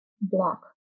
block